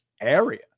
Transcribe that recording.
area